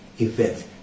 event